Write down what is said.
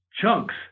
chunks